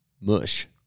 mush